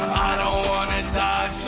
don't wanna die